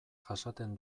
jasaten